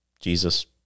Jesus